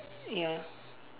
ya